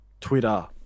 Twitter